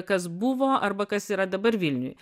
kas buvo arba kas yra dabar vilniuj